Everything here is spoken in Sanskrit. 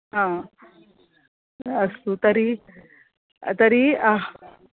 हा अस्तु तर्हि तर्हि अहं